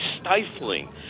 stifling